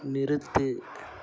நிறுத்து